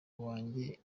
wanjye